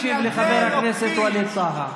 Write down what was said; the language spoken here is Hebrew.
בוא נקשיב לחבר הכנסת ווליד טאהא.